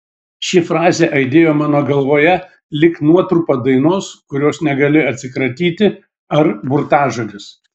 ši frazė aidėjo mano galvoje lyg nuotrupa dainos kurios negali atsikratyti ar burtažodis